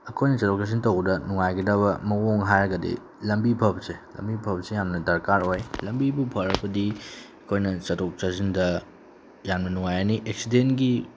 ꯑꯩꯈꯣꯏꯅ ꯆꯠꯊꯣꯛ ꯆꯠꯁꯤꯟ ꯇꯧꯕꯗ ꯅꯨꯡꯉꯥꯏꯒꯗꯕ ꯃꯑꯣꯡ ꯍꯥꯏꯔꯒꯗꯤ ꯂꯝꯕꯤ ꯐꯕꯁꯦ ꯂꯝꯕꯤ ꯐꯕꯁꯦ ꯌꯥꯝꯅ ꯗꯔꯀꯥꯔ ꯑꯣꯏ ꯂꯝꯕꯤꯕꯨ ꯐꯔꯕꯗꯤ ꯑꯩꯈꯣꯏꯅ ꯆꯠꯊꯣꯛ ꯆꯠꯁꯤꯟꯗ ꯌꯥꯝꯅ ꯅꯨꯡꯉꯥꯏꯔꯅꯤ ꯑꯦꯛꯁꯤꯗꯦꯟꯒꯤ